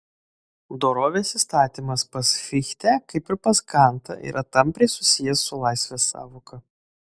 dorovės įstatymas pas fichtę kaip ir pas kantą yra tampriai susijęs su laisvės sąvoka